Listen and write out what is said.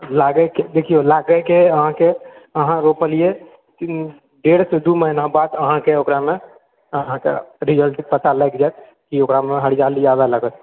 लागयके देखिऔ लागयके अहाँके अहाँ रोपलियै डेढ़सँ दू महीना बाद अहाँके ओकरामे अहाँके रिजल्ट पतए लागि जाइत की ओकरामे हरियाली आबऽ लागत